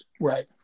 Right